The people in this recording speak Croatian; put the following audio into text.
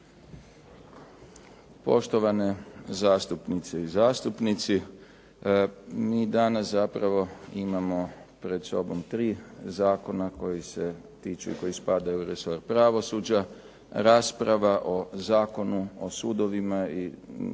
Poštovane zastupnice i zastupnici, mi danas zapravo imamo pred sobom 3 zakona koji se tiče koji spadaju u resor pravosuđa. Rasprava o Zakonu o sudovima i državnom